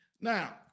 Now